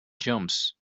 jumps